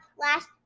last